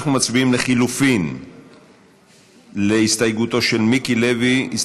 אנחנו מצביעים על ההסתייגות של מיקי לוי, לחלופין.